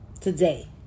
today